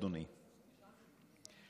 אדוני,